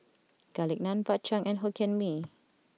Garlic Naan Bak Chang and Hokkien Mee